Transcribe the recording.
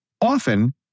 often